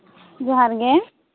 ᱡᱚᱦᱟᱨ ᱜᱮ